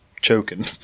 choking